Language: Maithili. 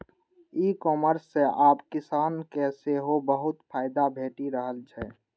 ई कॉमर्स सं आब किसान के सेहो बहुत फायदा भेटि रहल छै